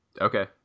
Okay